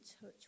touch